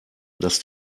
dass